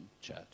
church